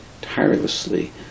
tirelessly